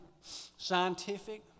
scientific